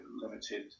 limited